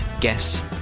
Guess